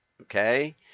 Okay